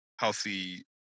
healthy